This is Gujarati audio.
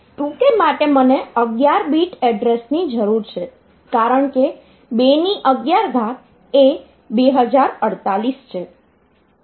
2 k માટે મને 11 બીટ એડ્રેસની જરૂર છે કારણ કે 211 એ 2048 છે